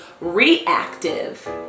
reactive